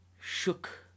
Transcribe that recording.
shook